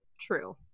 True